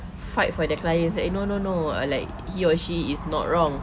fight for their clients eh no no no uh like he or she is not wrong